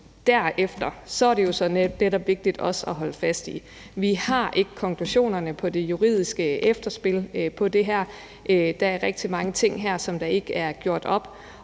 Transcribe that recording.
Derefter er det så netop vigtigt at holde fast i, at vi ikke har konklusionerne på det juridiske efterspil. Der er rigtig mange ting her, som ikke er blevet gjort op,